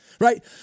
right